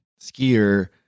skier